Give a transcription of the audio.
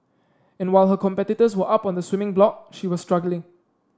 and while her competitors were up on the swimming block she was struggling